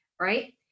right